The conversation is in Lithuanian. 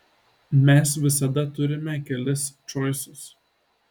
mes visada turime kelis čoisus